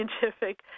scientific